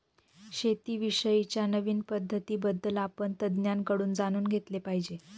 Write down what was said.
शेती विषयी च्या नवीन पद्धतीं बद्दल आपण तज्ञांकडून जाणून घेतले पाहिजे